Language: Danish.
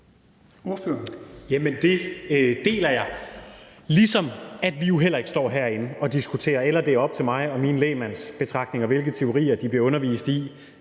Det deler jeg. Vi står jo heller ikke herinde og diskuterer, ligesom det ikke er op til mig og mine lægmandsbetragtninger, hvilke teorier de bliver undervist i.